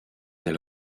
elle